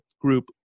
group